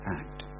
act